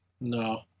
No